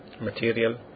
material